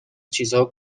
چیزها